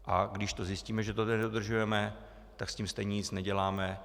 A když zjistíme, že to nedodržujeme, tak s tím stejně nic neděláme.